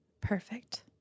Perfect